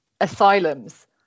asylums